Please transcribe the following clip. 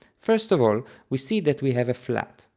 first of all we see that we have a flat,